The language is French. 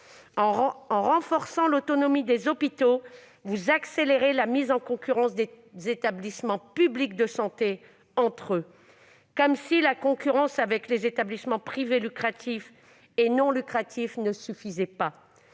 En renforçant l'autonomie des hôpitaux, vous accélérez la mise en concurrence des établissements publics de santé entre eux, comme si celle avec les établissements privés lucratifs et non lucratifs ne suffisait pas.